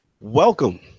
Welcome